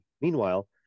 Meanwhile